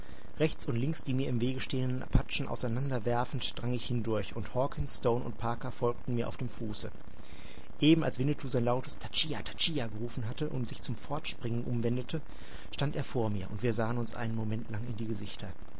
rechts und links die mir im wege stehenden apachen auseinander werfend drang ich hindurch und hawkens stone und parker folgten mir auf dem fuße eben als winnetou sein lautes tatischa tatischa gerufen hatte und sich zum fortspringen umwendete stand er vor mir und wir sahen uns einen moment lang in die gesichter